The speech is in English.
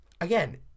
again